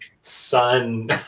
sun